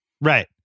Right